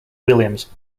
williams